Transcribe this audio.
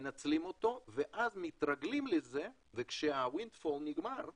מנצלים את זה ואז מתרגלים לזה וכשה- wind fall נגמר,